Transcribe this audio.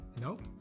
Nope